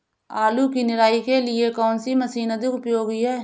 आलू की निराई के लिए कौन सी मशीन अधिक उपयोगी है?